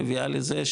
מביאה לזה,